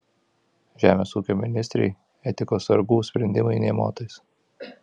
žemės ūkio ministrei etikos sargų sprendimai nė motais